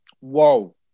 Whoa